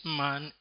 man